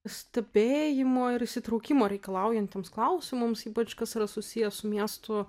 stebėjimo ir įsitraukimo reikalaujantiems klausimams ypač kas yra susiję su miestų